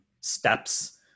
steps